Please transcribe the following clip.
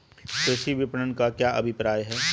कृषि विपणन का क्या अभिप्राय है?